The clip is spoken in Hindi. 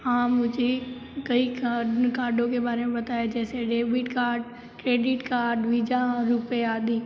हाँ मुझे कई कार्डों के बारे पता है जैसे debit card credit card Visa RuPay आदि